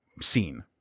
scene